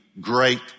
great